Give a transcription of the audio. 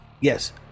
yes